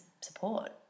support